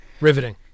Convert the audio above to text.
Riveting